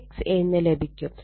6° എന്ന് ലഭിക്കും